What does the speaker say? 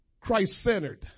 Christ-centered